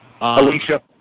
Alicia